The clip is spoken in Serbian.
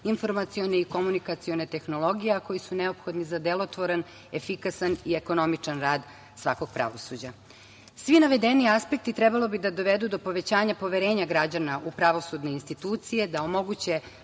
informacione i komunikacione tehnologije, a koji su neophodni za delotvoran, efikasan i ekonomičan rad svakog pravosuđa. Svi navedeni aspekti trebalo bi da dovedu do povećanja poverenja građana u pravosudne institucije, da omoguće